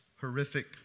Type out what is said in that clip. horrific